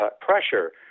pressure